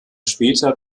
später